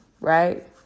right